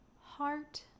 heart